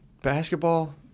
basketball